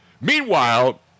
Meanwhile